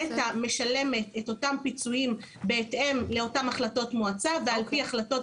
נת"ע משלמת את אותם פיצויים בהתאם לאותן החלטות מועצה ועל פי החלטות